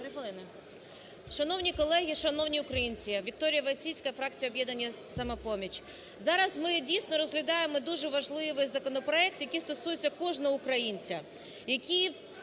Шановні колеги, шановні українці! Вікторія Войціцька, фракція "Об'єднання "Самопоміч". Зараз ми, дійсно, розглядаємо дуже важливий законопроект, який стосується кожного українця,